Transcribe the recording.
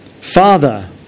Father